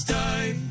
die